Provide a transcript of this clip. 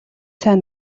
сайн